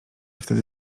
wtedy